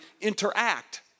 interact